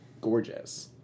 gorgeous